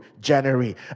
January